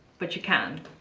but you can.